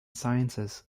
sciences